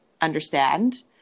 understand